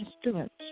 students